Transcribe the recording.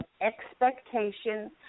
expectations